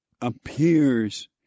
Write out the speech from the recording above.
appears